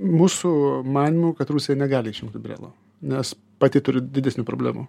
mūsų manymu kad rusija negali išjungti brelo nes pati turi didesnių problemų